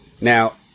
Now